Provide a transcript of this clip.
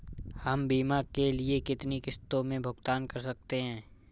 हम बीमा के लिए कितनी किश्तों में भुगतान कर सकते हैं?